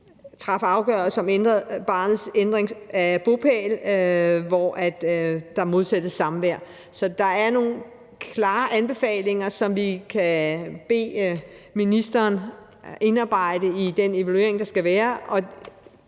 træffe afgørelse om ændring af barnets bopæl, hvor der modsættes samvær. Så der er nogle klare anbefalinger, som vi kan bede ministeren om at indarbejde i den evaluering, der skal være.